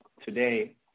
Today